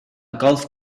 golf